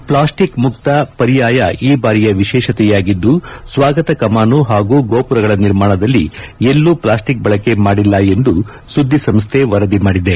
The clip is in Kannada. ಪ್ಲಾಸ್ಟಿಕ್ ಮುಕ್ತ ಪರ್ಯಾಯ ಈ ಬಾರಿಯ ವಿಶೇಷತೆಯಾಗಿದ್ದು ಸ್ವಾಗತ ಕಮಾನು ಹಾಗೂ ಗೋಪುರಗಳ ನಿರ್ಮಾಣದಲ್ಲಿ ಎಲ್ಲೂ ಪ್ಲಾಸ್ಟಿಕ್ ಬಳಕೆ ಮಾಡಿಲ್ಲ ಎಂದು ಸುದ್ದಿ ಸಂಸ್ಥೆ ವರದಿ ಮಾಡಿದೆ